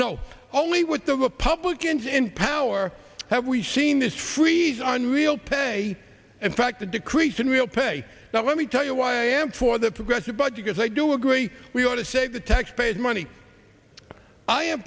no only with the republicans in power have we seen this freeze on real pay in fact a decrease in real pay now let me tell you why i am for the progressive budget is i do agree we ought to save the taxpayers money i am